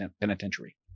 penitentiary